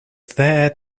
there